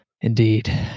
indeed